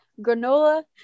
Granola